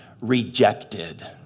rejected